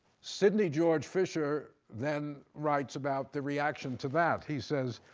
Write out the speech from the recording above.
sidney george fisher then writes about the reaction to that. he says,